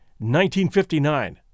1959